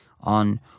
on